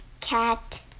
cat